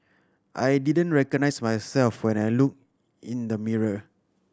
I didn't recognise myself when I looked in the mirror